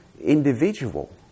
individual